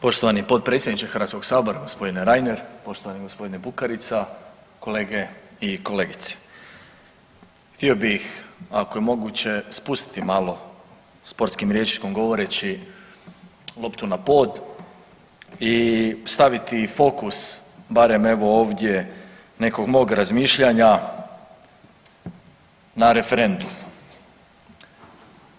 Poštovani potpredsjedniče Hrvatskog sabora gospodine Reiner, poštovani gospodine Bukarica, kolege i kolegice, htio bih ako je moguće spustiti malo sportskim rječnikom govoreći loptu na pod i staviti fokus barem evo ovdje nekog mog razmišljanja na referendum.